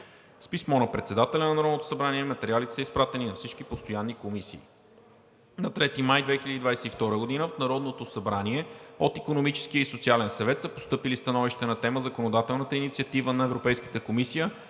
С писмо на председателя на Народното събрание материалите са изпратени на всички постоянни комисии. На 3 май 2022 г. в Народното събрание от Икономическия и социален съвет са постъпили становища на тема: „Законодателната инициатива на Европейската комисия